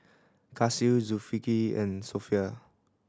Kasih Zulkifli and Sofea